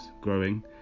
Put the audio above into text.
growing